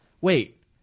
wait